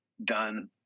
done